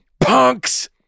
punks